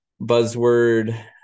buzzword